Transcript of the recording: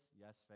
yes